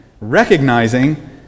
recognizing